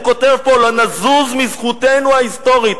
הוא כותב פה: "לא נזוז מזכותנו ההיסטורית",